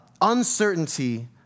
uncertainty